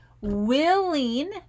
willing